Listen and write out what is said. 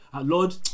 lord